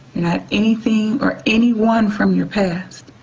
not anything or anyone from your past,